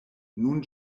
nun